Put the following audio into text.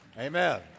amen